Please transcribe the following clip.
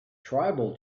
tribal